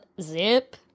Zip